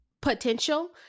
potential